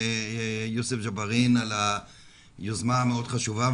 יוסף ג'בארין על היוזמה המאוד חשובה,